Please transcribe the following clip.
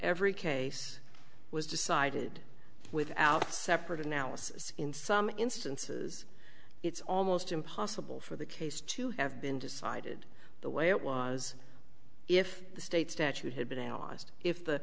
every case was decided without separate analysis in some instances it's almost impossible for the case to have been decided the way it was if the state statute had been analyzed if the